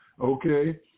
okay